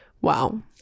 Wow